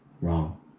wrong